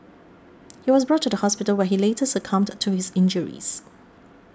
he was brought to the hospital where he later succumbed to his injuries